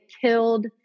killed